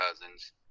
cousins